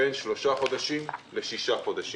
בין שלושה חודשים לשישה חודשים,